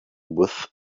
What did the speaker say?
with